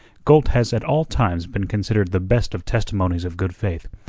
gold has at all times been considered the best of testimonies of good faith,